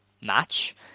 match